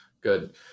good